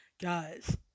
Guys